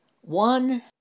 one